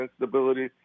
instability